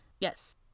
yes